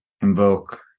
invoke